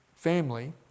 family